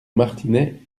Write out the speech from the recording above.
martinet